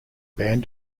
band